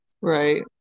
Right